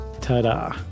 ta-da